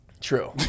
True